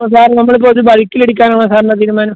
ഉദാഹരണം നമ്മൾ ഇപ്പോൾ ഒരു ബൾക്കിൽ എടുക്കാനാണോ സാറിൻ്റെ തീരുമാനം